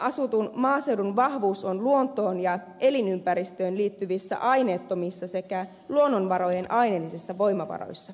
harvaanasutun maaseudun vahvuus on luontoon ja elinympäristöön liittyvissä aineettomissa sekä luonnonvarojen aineellisissa voimavaroissa